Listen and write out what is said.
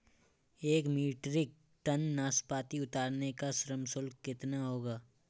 एक metric tonne नाशपाती उतारने का श्रम शुल्क कितना होगा?